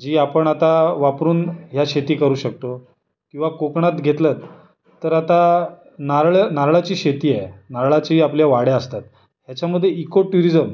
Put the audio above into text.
जी आपण आता वापरून ह्या शेती करू शकतो किंवा कोकणात घेतलंत तर आता नारळं नारळाची शेती आहे नारळाची आपल्या वाड्या असतात ह्याच्यामध्ये इको ट्युरिजम